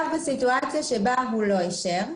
בסיטואציה בה הוא לא אישר,